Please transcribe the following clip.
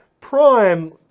Prime